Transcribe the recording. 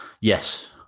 Yes